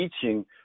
teaching